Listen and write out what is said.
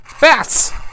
Bats